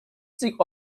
sich